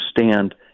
understand